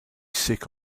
sick